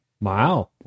Wow